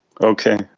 okay